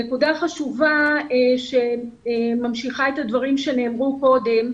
אני אוסיף נקודה חשובה שממשיכה את הדברים שנאמרו קודם.